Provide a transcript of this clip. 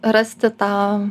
rasti tą